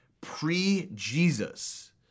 pre-Jesus—